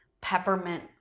peppermint